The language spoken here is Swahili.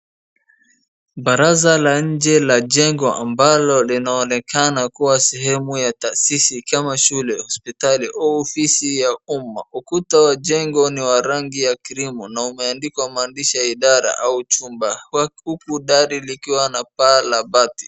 Baraza la nje la jengo ambalo linaoanekuwa sehemu ya taasisi kama shule, hospitali au ofisi ya umma. Ukuta wa jengo ni wa rangi ya krimu na umeandikwa maandishi ya idala au chumba. Huku dari likiwa na paa la bati.